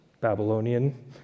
Babylonian